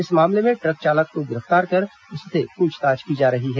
इस मामले में ट्रक चालक को गिरफ्तार कर उससे पूछताछ की जा रही है